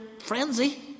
Frenzy